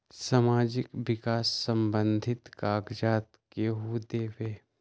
समाजीक विकास संबंधित कागज़ात केहु देबे?